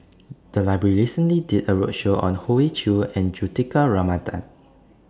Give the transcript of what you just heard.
The Library recently did A roadshow on Hoey Choo and Juthika Ramanathan